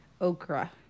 Okra